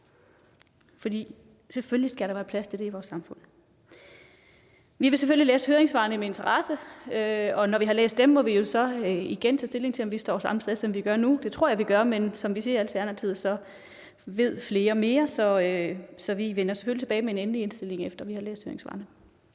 Selvfølgelig skal der være plads til det i vores samfund. Vi vil selvfølgelig læse høringssvarene med interesse, og når vi har læst dem, må vi så igen tage stilling til, om vi står samme sted, som vi gør nu. Det tror jeg vi gør, men som vi siger i Alternativet, ved flere mere, så vi vender selvfølgelig tilbage med en endelig indstilling, efter vi har læst høringssvarene.